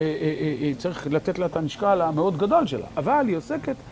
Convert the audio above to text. צריך לתת לה את המשקל המאוד גדול שלה, אבל היא עוסקת...